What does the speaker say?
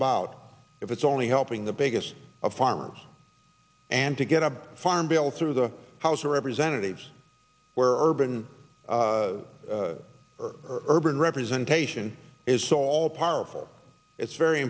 about if it's only helping the biggest of farmers and to get a farm bill through the house of representatives where urban urban representation is so all powerful it's very